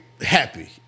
happy